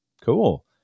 Cool